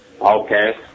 Okay